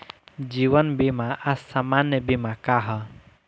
जीवन बीमा आ सामान्य बीमा का ह?